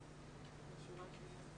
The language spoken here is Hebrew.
בדיון הזה אני בשם כרמית.